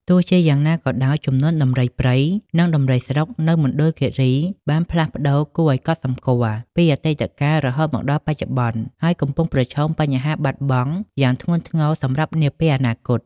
ទោះជាយ៉ាងណាក៏ដោយ ចំនួនដំរីព្រៃនិងដំរីស្រុកនៅមណ្ឌលគិរីបានផ្លាស់ប្តូរគួរឱ្យកត់សម្គាល់ពីអតីតកាលរហូតមកដល់បច្ចុប្បន្ន ហើយកំពុងប្រឈមបញ្ហាបាត់បង់យ៉ាងធ្ងន់ធ្ងរសម្រាប់នាពេលអនាគត។